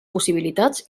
possibilitats